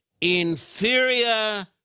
inferior